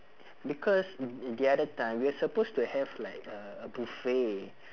because the other time we are supposed to have like a buffet